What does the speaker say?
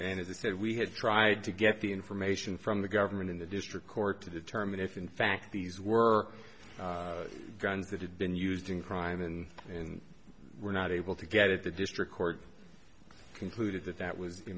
and and it said we had tried to get the information from the government in the district court to determine if in fact these were guns that had been used in crime and and were not able to get at the district court concluded that that was